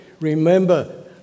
remember